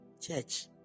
Church